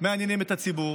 מעניינים את הציבור.